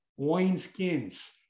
wineskins